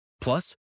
Plus